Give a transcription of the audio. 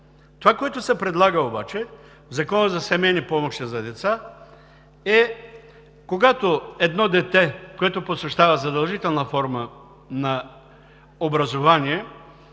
Онова, което се предлага обаче в Закона за семейни помощи за деца – когато едно дете, което посещава задължителна форма на образование,